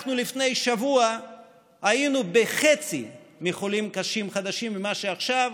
אנחנו לפני שבוע היינו בחצי מהחולים הקשים החדשים ממה שעכשיו,